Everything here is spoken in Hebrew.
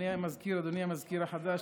אדוני המזכיר החדש,